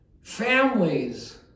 Families